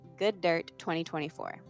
GOODDIRT2024